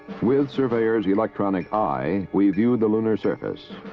with surveyor's electronic eye, we viewed the lunar surface.